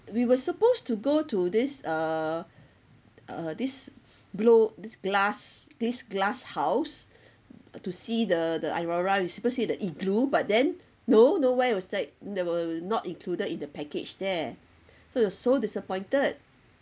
we were supposed to go to this uh this blow this glass this glass house to see the the aurora it's supposed to be the igloo but then no no where it was like uh not not included in the package there so we were so disappointed